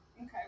Okay